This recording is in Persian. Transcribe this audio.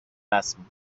رسم